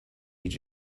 age